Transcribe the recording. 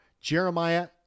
Jeremiah